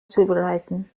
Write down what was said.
zubereiten